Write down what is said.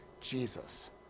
Jesus